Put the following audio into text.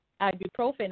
ibuprofen